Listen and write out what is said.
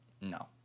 no